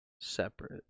separate